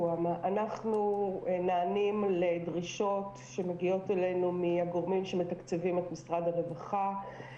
אנחנו נענים לדרישות שמגיעות אלינו מהגורמים שמתקצבים את משרד הרווחה.